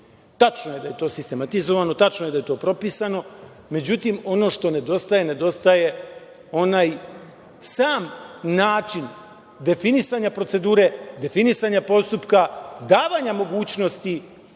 Tačno je da je to sistematizovano i tačno je da je to propisano. Međutim, ono što nedostaje, nedostaje onaj sam način definisanja procedure, definisanja postupka, davanja mogućnosti